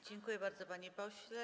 Dziękuję bardzo, panie pośle.